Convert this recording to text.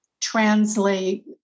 translate